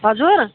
हजुर